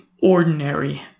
ordinary